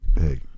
hey